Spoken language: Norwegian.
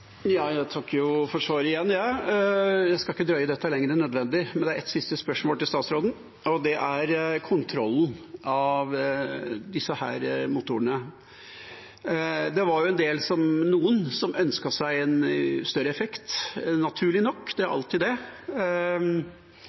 Jeg takker igjen for svaret. Jeg skal ikke drøye dette lenger enn nødvendig, men har et siste spørsmål til statsråden, og det gjelder kontrollen av disse motorene. Det var jo noen som ønsket seg en større effekt – naturlig nok, det er alltid det